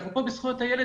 אנחנו פה בזכויות הילד,